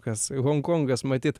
kas honkongas matyt